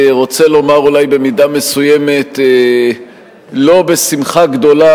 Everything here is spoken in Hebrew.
רוצה לומר אולי במידה מסוימת לא בשמחה גדולה